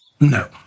No